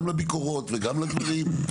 גם לביקורות וגם לדברים,